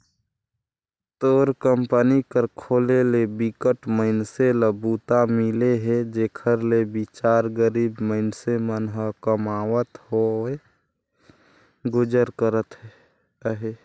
तोर कंपनी कर खोले ले बिकट मइनसे ल बूता मिले हे जेखर ले बिचार गरीब मइनसे मन ह कमावत होय गुजर करत अहे